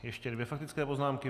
Ještě dvě faktické poznámky.